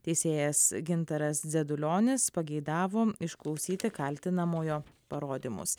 teisėjas gintaras dzedulionis pageidavo išklausyti kaltinamojo parodymus